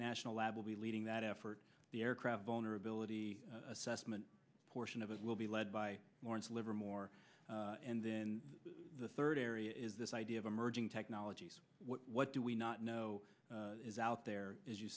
national lab leading that effort the aircraft vulnerability assessment portion of it will be led by morris livermore and then the third area is this idea of emerging technologies what do we not know is out there as you